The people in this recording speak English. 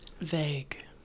Vague